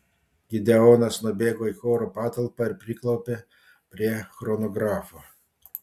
gideonas nubėgo į choro patalpą ir priklaupė prie chronografo